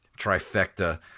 trifecta